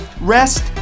rest